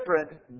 different